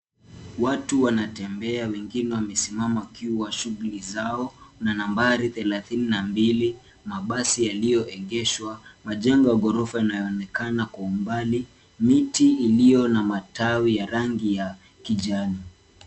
Watu wanatembea wengine wamesimama wakiwa shughuli zao na nambari thelathini na mbili, mabasi yaliyoegeshwa, majengo ya ghorofa yanayoonekana kwa umbali, miti iliyo na matawi ya rangi ya kijani.